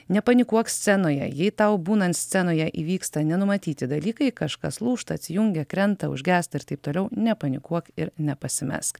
nepanikuok scenoje jei tau būnant scenoje įvyksta nenumatyti dalykai kažkas lūžta atsijungia krenta užgęsta ir taip toliau nepanikuok ir nepasimesk